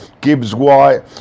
Gibbs-White